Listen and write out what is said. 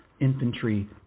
Infantry